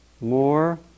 more